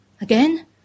again